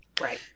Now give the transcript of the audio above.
Right